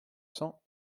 cents